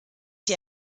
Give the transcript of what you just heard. sie